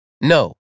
No